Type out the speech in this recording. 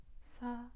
Sa